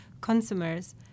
consumers